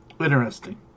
Interesting